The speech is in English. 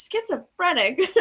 schizophrenic